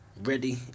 ready